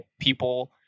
people